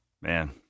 Man